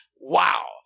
wow